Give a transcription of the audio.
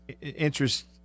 interest